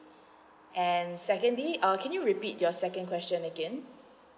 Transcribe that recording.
and secondly um can you repeat your second question again